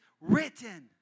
written